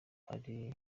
ari